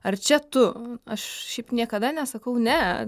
ar čia tu aš šiaip niekada nesakau ne